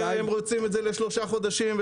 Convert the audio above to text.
הם רוצים את זה לשלושה חודשים.